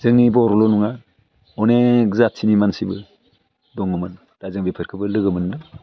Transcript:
जोंनि बर'ल' नङा अनेक जातिनि मानसिबो दङमोन दा जों बेफोरखौबो लोगो मोनदों